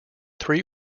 three